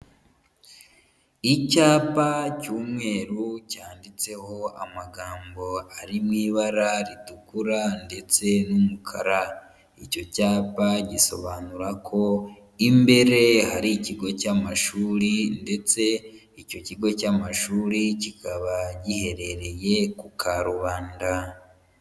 Icyapa cy'umweru cyanditseho amagambo ari mu ibara ritukura ndetse n'umukara. Icyo cyapa gisobanura ko imbere hari ikigo cy'amashuri, ndetse icyo kigo cy'amashuri kikaba giherereye ku Karubanda.